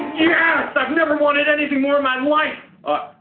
yeah yes! i've never wanted anything more of my life!